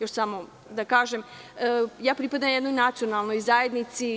Još samo da kažem, pripadam jednoj nacionalnoj zajednici.